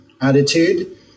attitude